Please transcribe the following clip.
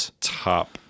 top